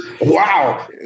Wow